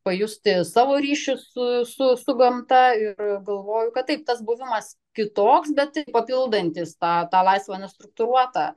pajusti savo ryšius su su su gamta ir galvoju kad taip tas buvimas kitoks bet papildantis tą tą laisvą nestruktūruotą